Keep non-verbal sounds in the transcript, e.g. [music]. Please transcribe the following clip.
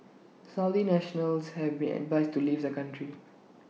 [noise] Saudi nationals have been advised to leave the country